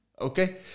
okay